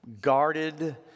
Guarded